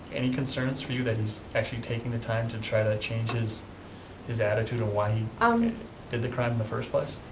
any concerns for you, that he's actually taking the time to try to change his his attitude and why he um did the crime in the first place?